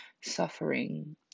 suffering